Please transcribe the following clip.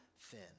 thin